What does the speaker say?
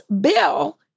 bill